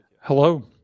Hello